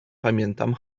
pamiętam